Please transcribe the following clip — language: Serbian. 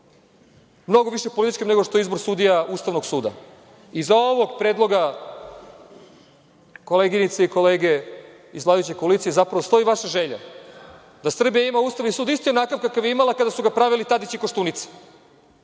Mnogo više političkim, nego što je izbor sudija Ustavnog suda. Iza ovog predloga, koleginice i kolege iz vladajuće koalicije, stoji želja da Srbija ima Ustavni sud isti onakav kakav je imala kada su ga pravili Tadić i Koštunica.